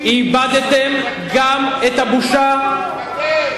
איבדתם גם את הבושה?